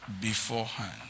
beforehand